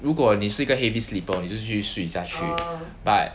如果你是一个 heavy sleeper 那就继续睡下去 but